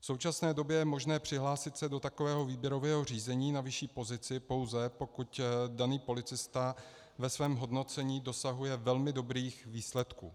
V současné době je možné se přihlásit do takového výběrového řízení na vyšší pozici, pouze pokud daný policista ve svém hodnocení dosahuje velmi dobrých výsledků.